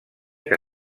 que